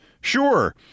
sure